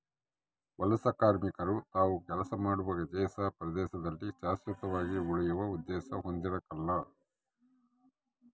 ವಲಸೆಕಾರ್ಮಿಕರು ತಾವು ಕೆಲಸ ಮಾಡುವ ದೇಶ ಪ್ರದೇಶದಲ್ಲಿ ಶಾಶ್ವತವಾಗಿ ಉಳಿಯುವ ಉದ್ದೇಶ ಹೊಂದಿರಕಲ್ಲ